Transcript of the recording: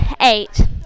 eight